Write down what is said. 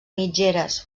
mitgeres